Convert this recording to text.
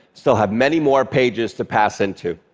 still have many more pages to pass into.